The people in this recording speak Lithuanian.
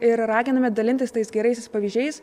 raginame dalintis tais geraisiais pavyzdžiais